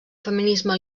feminisme